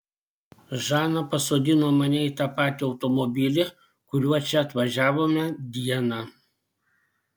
žana pasodino mane į tą patį automobilį kuriuo čia atvažiavome dieną